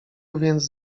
więc